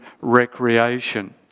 recreation